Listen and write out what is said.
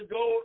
go